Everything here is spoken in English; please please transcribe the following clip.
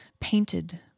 painted